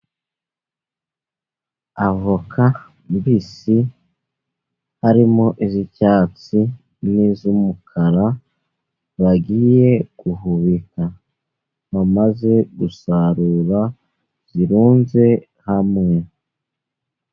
Avoka mbisi harimo iz'icyatsi n'iz'umukara bagiye guhubika, bamaze gusarura zirunze hamwe.